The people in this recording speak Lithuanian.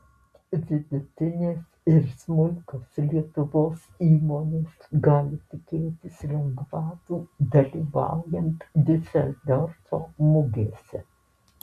vidutinės ir smulkios lietuvos įmonės gali tikėtis lengvatų dalyvaujant diuseldorfo mugėse